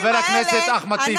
חבר הכנסת אחמד טיבי.